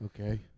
Okay